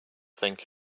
think